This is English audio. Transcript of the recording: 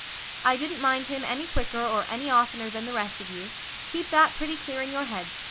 i didn't mind him any quicker or any oftener than the rest of you keep that pretty clear in your heads,